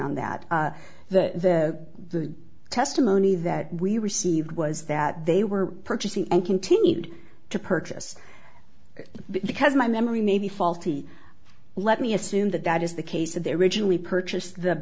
on that that the the testimony that we received was that they were purchasing and continued to purchase because my memory may be faulty let me assume that that is the case that they originally purchased the